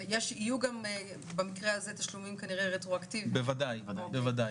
יהיו במקרה זה תשלומים רטרואקטיביים, בוודאי.